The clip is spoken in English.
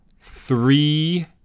three